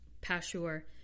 Pashur